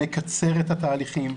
נקצר את התהליכים.